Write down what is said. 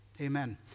Amen